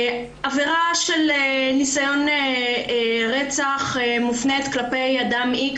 עבירה של ניסיון רצח מופנית כלפי אדם X